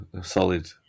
solid